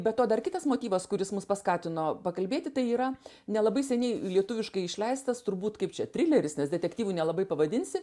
be to dar kitas motyvas kuris mus paskatino pakalbėti tai yra nelabai seniai lietuviškai išleistas turbūt kaip čia trileris nes detektyvu nelabai pavadinsi